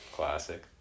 Classic